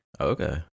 Okay